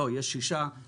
לא, יש 6 חוקרים.